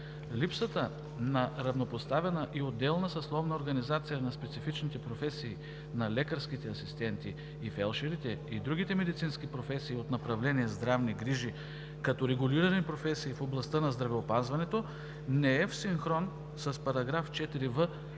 Липсата на равнопоставена и отделна съсловна организация на специфичните професии на лекарските асистенти, фелдшерите и другите медицински професии от направление „Здравни грижи“ като регулирани професии в областта на здравеопазването не е в синхрон с § 4в от